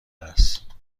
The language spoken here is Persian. است